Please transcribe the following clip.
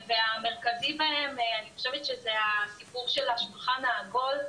והמרכזי בהם אני חושבת שזה הסיפור של השולחן העגול,